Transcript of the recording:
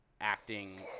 acting